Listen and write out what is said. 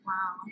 Wow